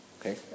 Okay